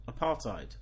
apartheid